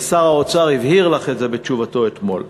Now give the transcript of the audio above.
ושר האוצר הבהיר לךְ את זה בתשובתו אתמול.